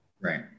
Right